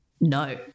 no